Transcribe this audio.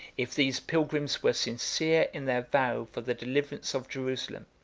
if these pilgrims were sincere in their vow for the deliverance of jerusalem,